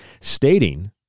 stating